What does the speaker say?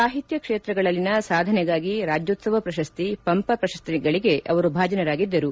ಸಾಹಿತ್ಯ ಕ್ಷೇತ್ರಗಳಲ್ಲಿನ ಸಾಧನೆಗಾಗಿ ರಾಜ್ವೋತ್ಸವ ಪ್ರಶಸ್ತಿ ಪಂಪ ಪ್ರಶಸ್ತಿಗಳಿಗೆ ಭಾಜನರಾಗಿದ್ದಾರೆ